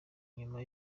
nyuma